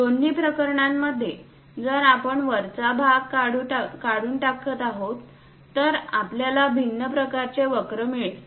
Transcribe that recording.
दोन्ही प्रकरणांमध्ये जर आपण वरचा भाग काढून टाकत आहोत तर आपल्याला भिन्न प्रकारचे वक्र मिळेल